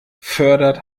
fördert